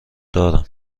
دارم